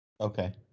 Okay